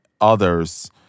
others